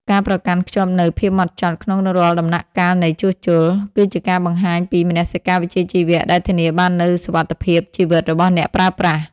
ការប្រកាន់ខ្ជាប់នូវភាពហ្មត់ចត់ក្នុងរាល់ដំណាក់កាលនៃជួសជុល គឺជាការបង្ហាញពីមនសិការវិជ្ជាជីវៈដែលធានាបាននូវសុវត្ថិភាពជីវិតរបស់អ្នកប្រើប្រាស់។